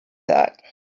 that